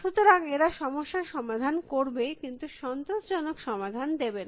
সুতরাং এরা সমস্যার সমাধান করবে কিন্তু সন্তোষজনক সমাধান দেবে না